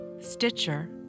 Stitcher